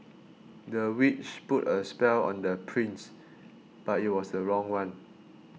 the witch put a spell on the prince but it was the wrong one